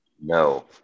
No